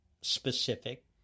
specific